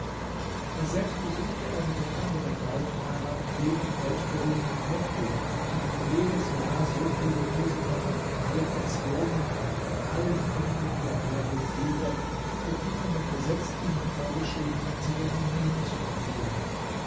daselbst besuchte er mit den anderen wallfahrern jenen weltberühmten tempel zu dem jedes jahr so viele muselmänner von allen nationen und allen enden der erde pilgern um die von dem gesetz ihnen vorgeschriebenen zeremonien zu erfüllen